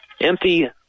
Empty